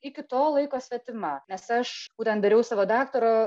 iki to laiko svetima nes aš būtent dariau savo daktaro